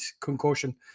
concussion